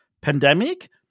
Pandemic